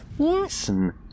Listen